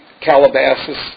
Calabasas